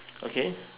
okay